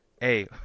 Hey